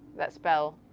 that spell?